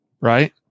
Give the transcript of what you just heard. right